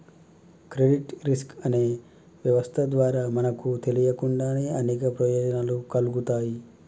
credit risk అనే వ్యవస్థ ద్వారా మనకు తెలియకుండానే అనేక ప్రయోజనాలు కల్గుతాయి